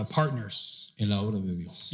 partners